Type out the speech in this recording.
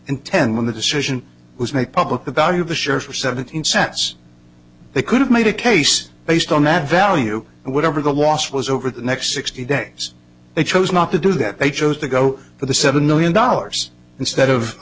and ten when the decision was made public the value of the shares were seventeen cents they could have made a case based on that value and whatever the loss was over the next sixty days they chose not to do that they chose to go for the seven million dollars instead of i